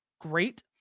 Great